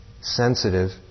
sensitive